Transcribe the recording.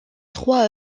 trois